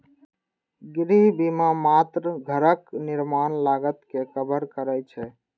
गृह बीमा मात्र घरक निर्माण लागत कें कवर करै छै